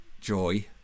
joy